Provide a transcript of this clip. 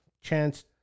Chance